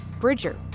Bridger